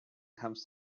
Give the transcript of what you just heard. comes